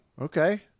okay